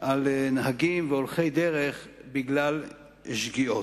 על נהגים והולכי דרך בגלל שגיאות.